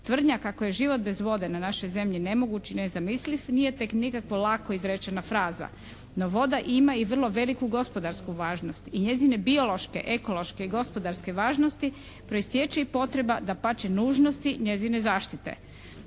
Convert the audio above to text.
Tvrdnja kako je život bez vode na našoj Zemlji nemoguć i nezamisliv nije tek nikakvo lako izrečena fraza. No voda ima i vrlo veliku gospodarsku važnost i njezine biološke, ekološke i gospodarske važnosti proistječe i potreba dapače nužnosti njezine zaštite.